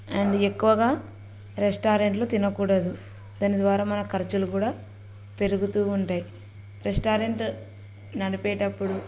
and ఎక్కువగా రెస్టారెంట్లు తినకూడదు దాని ద్వారా మన ఖర్చులు కూడా పెరుగుతు ఉంటాయి రెస్టారెంట్ నడిపేటప్పుడు